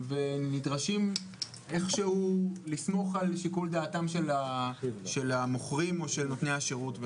ונדרשים איכשהו לסמוך על שיקול דעתם של המוכרים או של נותני השירות.